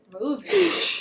movie